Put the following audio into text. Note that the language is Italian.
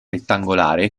rettangolare